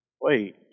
Wait